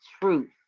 truth